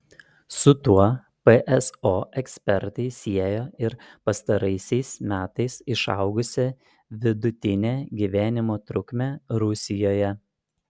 su tuo pso ekspertai siejo ir pastaraisiais metais išaugusią vidutinę gyvenimo trukmę rusijoje